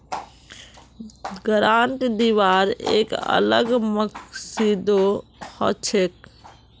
grant दिबार एक अलग मकसदो हछेक